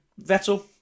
Vettel